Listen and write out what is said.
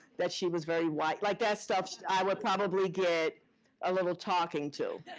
that she was very white. like that stuff, i would probably get a little talking to.